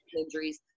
injuries